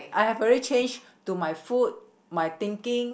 I have already change to my food my thinking